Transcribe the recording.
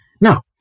Now